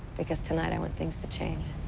because tonight i want things to change.